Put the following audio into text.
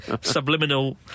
subliminal